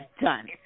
done